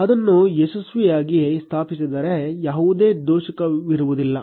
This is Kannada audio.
ಅದನ್ನು ಯಶಸ್ವಿಯಾಗಿ ಸ್ಥಾಪಿಸಿದ್ದರೆ ಯಾವುದೇ ದೋಷವಿರುವುದಿಲ್ಲ